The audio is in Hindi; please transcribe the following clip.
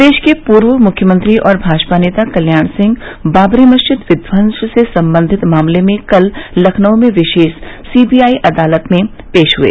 प्रदेश के पूर्व मुख्यमंत्री और भाजपा नेता कल्याण सिंह बाबरी मस्जिद विध्वंस से संबंधित मामले में कल लखनऊ में विशेष सीबीआई की अदालत में पेश हए